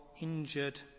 injured